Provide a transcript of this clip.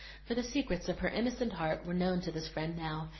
for the secrets of her innocent heart were known to this friend now,